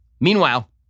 Meanwhile